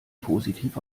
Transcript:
positiv